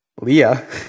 Leah